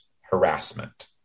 harassment